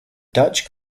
dutch